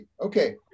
Okay